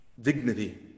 Dignity